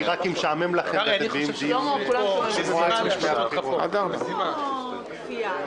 רק אם משעמם לכם ואתם --- אין פה כפייה,